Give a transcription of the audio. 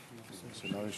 בבקשה,